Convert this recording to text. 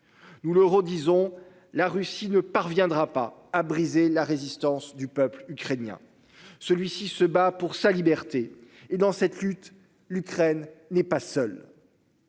Nous le redisons, la Russie ne parviendra pas à briser la résistance du peuple ukrainien. Celui-ci se bat pour sa liberté et dans cette lutte. L'Ukraine n'est pas seul.